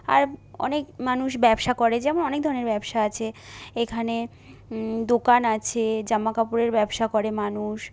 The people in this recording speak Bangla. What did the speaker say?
আর অনেক মানুষ ব্যবসা করে যেমন অনেক ধরণের ব্যবসা আছে এখানে দোকান আছে জামা কাপড়ের ব্যবসা করে মানুষ